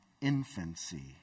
infancy